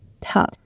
tough